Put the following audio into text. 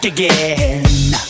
again